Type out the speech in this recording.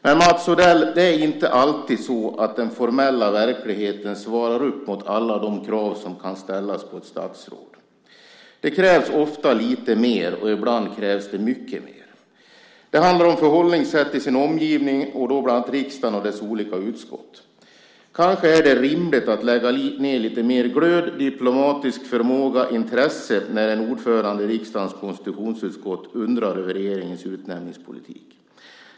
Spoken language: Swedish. Men, Mats Odell, det är inte alltid så att den formella verkligheten svarar mot alla de krav som kan ställas på ett statsråd. Det krävs ofta lite mer och ibland mycket mer. Det handlar om förhållningssätt till sin omgivning, bland annat till riksdagen och dess olika utskott. Kanske är det rimligt att lägga lite mer glöd, diplomatisk förmåga och intresse i frågan när en ordförande i riksdagens konstitutionsutskott undrar över regeringens utnämningspolitik.